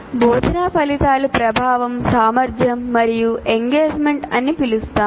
బోధనా ఫలితాలు ప్రభావం సామర్థ్యం మరియు ఎంగేజ్మెంట్ అని పిలుస్తాము